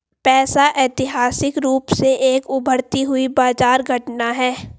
पैसा ऐतिहासिक रूप से एक उभरती हुई बाजार घटना है